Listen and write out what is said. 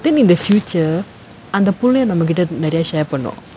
then in the future அந்த புள்ள நம்ம கிட்ட நெறய:antha pulla namma kitta neraya share பண்ணும்:pannum